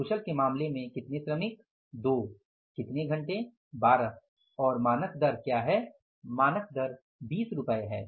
कुशल के मामले में कितने श्रमिक 2 कितने घंटे 12 और मानक दर क्या है मानक दर 20 रुपए है